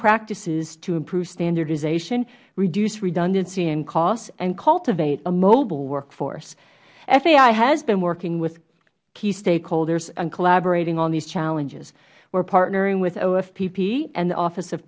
practices to improve standardization reduce redundancy and cost and cultivate a mobile workforce fai has been working with key stakeholders and collaborating on these challenges we are partnering with ofpp and the office of